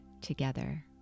together